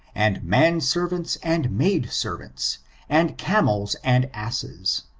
and man servants and maid servants and camels and asses.